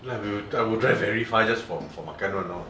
then I will I will drive very far just for makan [one] you know